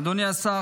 אדוני השר,